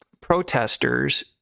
protesters